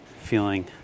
feeling